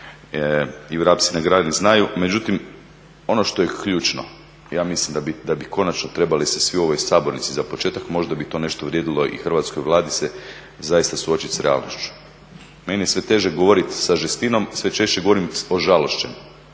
i vrapci na grani znaju. Međutim, ono što je ključno. Ja mislim da bi konačno trebali se svi u ovoj sabornici, za početak možda bi to nešto vrijedilo i hrvatskoj Vladi se zaista suočiti sa realnošću. Meni je sve teže govorit sa žestinom, sve češće govorim ožalošćen